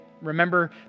Remember